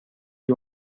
gli